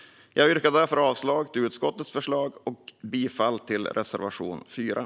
Jag yrkar därför avslag till utskottets förslag och bifall till reservationen.